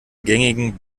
gängigen